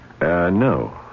No